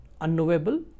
unknowable